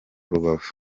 rubavu